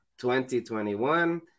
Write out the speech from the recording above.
2021